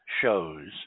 Shows